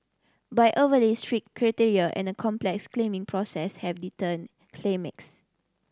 but overly strict criteria and a complex claiming process have deterred